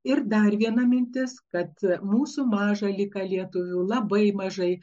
ir dar viena mintis kad mūsų maža lika lietuvių labai mažai